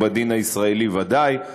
ובדין הישראלי בוודאי,